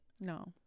No